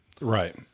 right